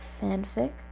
fanfic